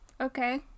Okay